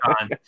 on